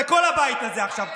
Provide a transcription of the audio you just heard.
כל הבית הזה עכשיו,